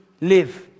live